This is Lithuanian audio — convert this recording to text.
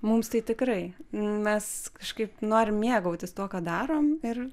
mums tai tikrai mes kažkaip norim mėgautis tuo ką darom ir